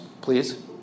please